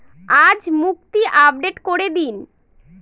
আজ মুক্তি আপডেট করে দিন